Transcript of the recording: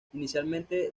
inicialmente